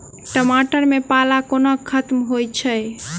टमाटर मे पाला कोना खत्म होइ छै?